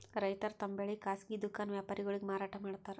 ರೈತರ್ ತಮ್ ಬೆಳಿ ಖಾಸಗಿ ದುಖಾನ್ ವ್ಯಾಪಾರಿಗೊಳಿಗ್ ಮಾರಾಟ್ ಮಾಡ್ತಾರ್